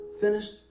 finished